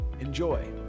Enjoy